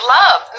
love